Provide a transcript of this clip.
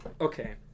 Okay